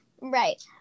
Right